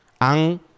Ang